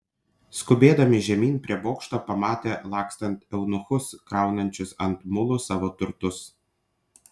skubėdami žemyn prie bokšto pamatė lakstant eunuchus kraunančius ant mulų savo turtus